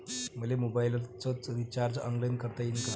मले मोबाईलच recharge online करता येईन का?